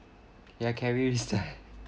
ya can we use that